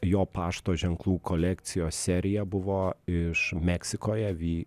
jo pašto ženklų kolekcijos serija buvo iš meksikoje vy